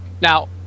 Now